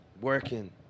Working